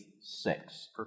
six